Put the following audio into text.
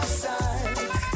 side